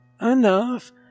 Enough